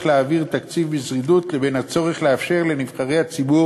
להעביר תקציב בזריזות לבין הצורך לאפשר לנבחרי הציבור